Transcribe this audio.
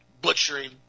butchering